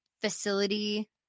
facility